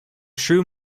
true